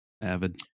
Avid